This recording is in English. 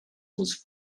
was